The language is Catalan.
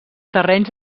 terrenys